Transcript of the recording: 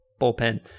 bullpen